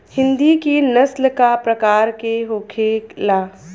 हिंदी की नस्ल का प्रकार के होखे ला?